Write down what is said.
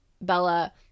Bella